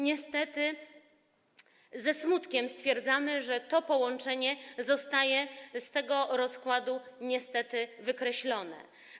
Niestety ze smutkiem stwierdzamy, że to połączenie zostaje z tego rozkładu wykreślone.